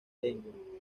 lengua